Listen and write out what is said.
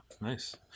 nice